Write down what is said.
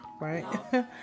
right